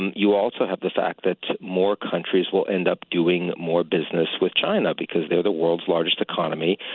and you also have the fact that more countries will end up doing more business with china because they are the world's largest economy,